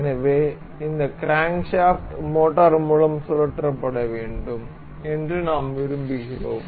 எனவே இந்த crankshaft motor மூலம் சுழற்றப்பட வேண்டும் என்று நாம் விரும்புகிறோம்